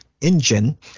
engine